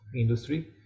industry